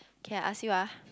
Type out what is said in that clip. K I ask you ah